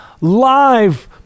live